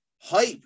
Hype